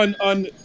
on